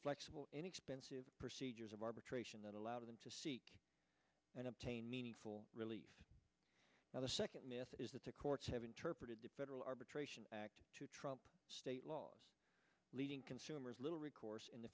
flexible any expense of procedures of arbitration that allows them to seek and obtain meaningful relief now the second is that the courts have interpreted the federal arbitration act to trump state laws leaving consumers little recourse in the